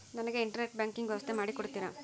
ನನಗೆ internet banking ವ್ಯವಸ್ಥೆ ಮಾಡಿ ಕೊಡ್ತೇರಾ?